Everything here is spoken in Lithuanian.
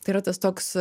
tai yra tas toks